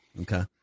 Okay